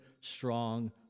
strong